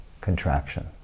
contraction